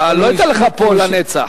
לא אתן לך פה לנצח.